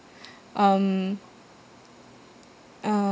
um